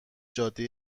جاده